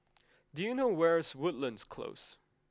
do you know where is Woodlands Close